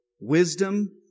wisdom